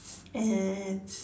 it's